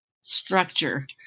structure